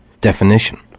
definition